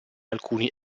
alcuni